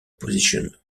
position